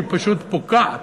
פשוט פוקעת,